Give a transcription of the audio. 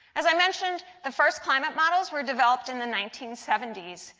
as i mentioned, the first climate models were developed in the nineteen seventy s.